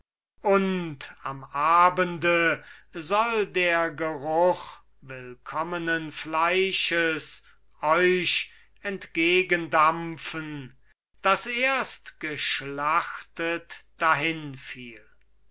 und am abende soll der geruch willkommenen fleisches euch entgegendampfen das erst geschlachtet dahin fiel